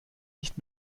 nicht